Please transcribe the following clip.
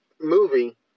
movie